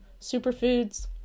superfoods